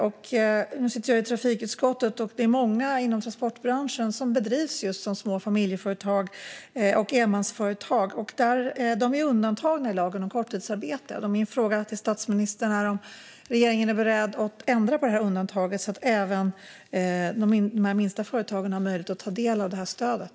Jag sitter i trafikutskottet, och det är många företag inom transportbranschen som bedrivs som små familjeföretag eller enmansföretag. De är undantagna i lagen om korttidsarbete. Min fråga till statsministern är: Är regeringen beredd att ändra på undantaget så att även de minsta företagen får möjlighet att ta del av stödet?